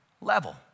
level